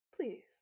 please